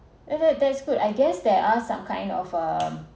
and that that's good I guess there are some kind of um